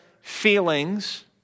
feelings